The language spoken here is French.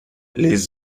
les